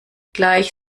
gleich